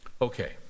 Okay